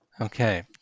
Okay